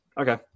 Okay